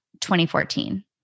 2014